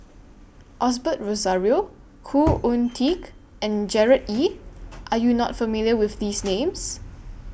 Osbert Rozario Khoo Oon Teik and Gerard Ee Are YOU not familiar with These Names